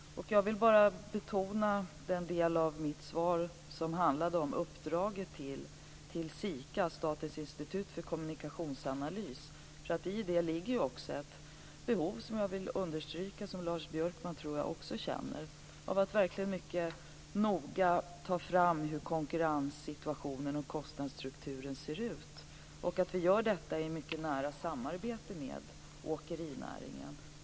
Jag vill bara betona den del av mitt svar som handlade om uppdraget till SIKA, Statens institut för kommunikationsanalys. I detta ligger ett behov som jag vill understryka, och som jag tror att också Lars Björkman känner, av att man verkligen mycket noga skall ta fram hur konkurrenssituationen och kostnadsstrukturen ser ut. Detta gör vi i mycket nära samarbete med åkerinäringen.